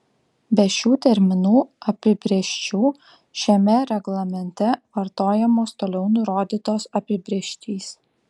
be šių terminų apibrėžčių šiame reglamente vartojamos toliau nurodytos apibrėžtys